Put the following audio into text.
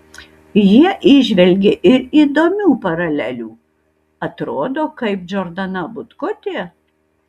jie įžvelgė ir įdomių paralelių atrodo kaip džordana butkutė